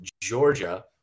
Georgia